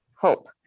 hope